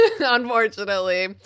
Unfortunately